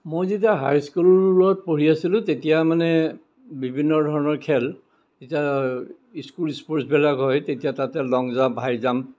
মই যেতিয়া হাইস্কুলত পঢ়ি আছিলোঁ তেতিয়া মানে বিভিন্ন ধৰণৰ খেল তেতিয়া স্কুল স্পৰ্টছবিলাক হয় তেতিয়া তাতে লং জাম্প হাই জাম্প